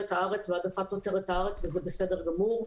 הארץ והעדפת תוצרת הארץ וזה בסדר גמור,